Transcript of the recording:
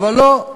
אבל לא,